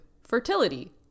fertility